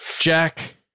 Jack